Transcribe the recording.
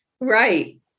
Right